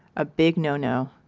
a big no no.